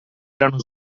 erano